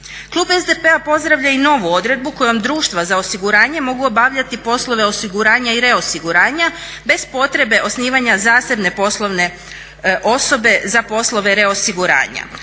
Klub SDP-a pozdravlja i novu odredbu kojom društva za osiguranje mogu obavljati poslove osiguranja i reosiguranja bez potrebe osnivanja zasebne poslovne osobe za poslove reosiguranja.